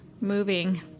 moving